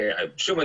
שוב,